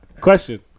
Question